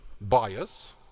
bias